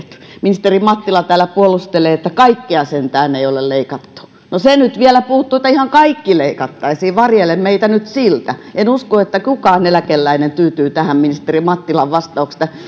ministeri mattila täällä puolustelee että kaikkea sentään ei ole leikattu no se nyt vielä puuttuu että ihan kaikki leikattaisiin varjele meitä nyt siltä en usko että kukaan eläkeläinen tyytyy tähän ministeri mattilan vastaukseen